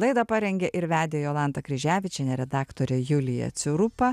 laidą parengė ir vedė jolanta kryževičienė redaktorė julija ciurupa